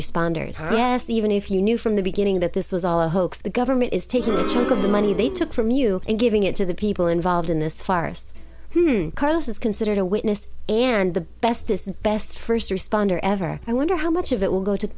responders yes even if you knew from the beginning that this was all a hoax the government is taking a chunk of the money they took from you and giving it to the people involved in this farce carlos is considered a witness and the bestest best first responder ever i wonder how much of it will go to